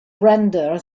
render